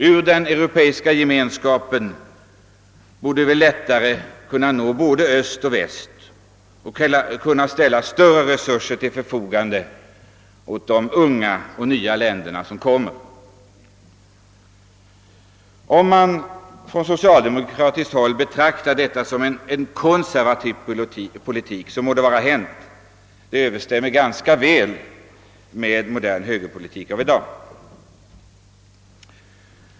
Från den europeiska Gemenskapen borde vi lättare kunna nå både öst och väst och ställa större resurser till förfogande för unga och nya länder. Om socialdemokraterna betraktar detta som en konservativ politik må det vara hänt; det överensstämmer ganska väl med modern högerpolitik av i dag.